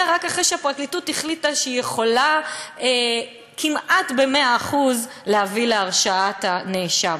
רק אחרי שהפרקליטות החליטה שהיא יכולה כמעט ב-100% להביא להרשעת הנאשם,